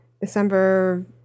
december